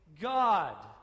God